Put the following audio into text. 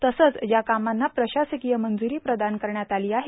तसेच ज्या कामांना प्रशासकिय मंजूरी प्रदान करण्यात आली आहे